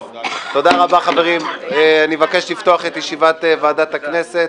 לפתוח את ישיבת ועדת הכנסת.